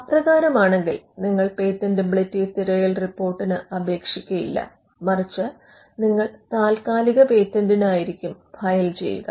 അപ്രകാരമാണെങ്കിൽ നിങ്ങൾ പേറ്റന്റബിലിറ്റി തിരയൽ റിപ്പോർട്ടിന് അപേക്ഷിക്കയില്ല മറിച്ച് നിങ്ങൾ താൽക്കാലിക പേറ്റന്റിനായിരിക്കും ഫയൽ ചെയ്യുക